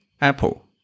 Apple